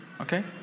okay